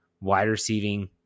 wide-receiving